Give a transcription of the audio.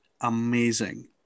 amazing